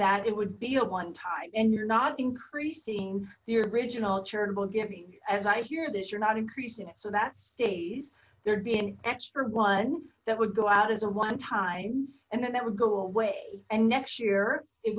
that it would be a one time and you're not increasing the original charitable giving as i hear this you're not increasing it so that stays there'd be an extra one that would go out as a one time and then that would go away and next year it